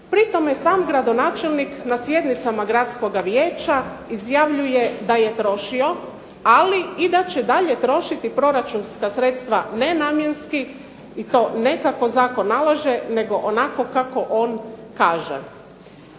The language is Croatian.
Pri tome, sam gradonačelnik na sjednicama gradskog vijeća izjavljuje da je trošio i da će dalje trošiti proračunska sredstva nenamjenski i to ne kako zakon nalaže nego onako kako on kaže.